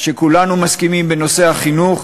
שכולנו מסכימים עליה בנושא החינוך,